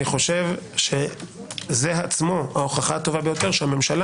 אני חושב שזה עצמו ההוכחה הטובה ביותר שהממשלה